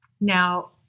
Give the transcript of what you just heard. Now